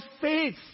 faith